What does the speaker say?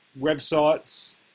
websites